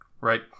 right